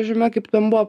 žymė kaip ten buvo